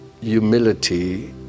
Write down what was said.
Humility